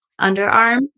underarm